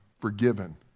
forgiven